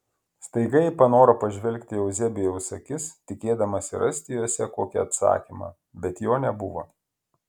staiga ji panoro pažvelgti į euzebijaus akis tikėdamasi rasti jose kokį atsakymą bet jo nebuvo